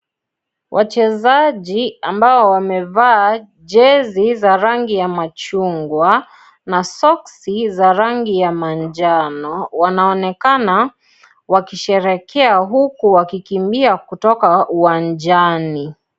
Wachezaji ambao wamevaa jezi za rangi ya machungwa, na soksi za rangi ya manjano, wanaonekana wakisherehekea huku wakikimbia kutoka uwanjani.